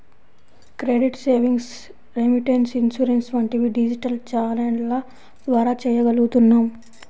credit, savings, remittance, insurance వంటివి digital ఛానెల్ల ద్వారా చెయ్యగలుగుతున్నాం